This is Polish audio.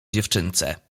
dziewczynce